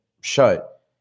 shut